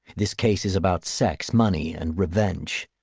this case is about sex, money and revenge.